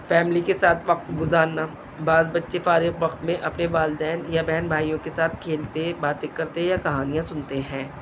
family کے ساتھ وقت گزارنا بعض بچے فارغ وقت میں اپنے والدین یا بہن بھائیوں کے ساتھ کھیلتے باتیں کرتے یا کہانیاں سنتے ہیں